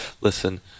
listen